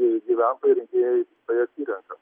ir gyventojai rinkėjai tai atsirenka